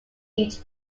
each